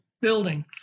building